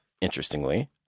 interestingly